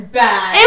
bad